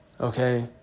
Okay